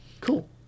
Cool